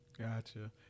Gotcha